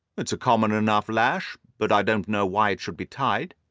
it's a common enough lash. but i don't know why it should be tied.